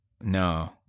No